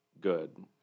good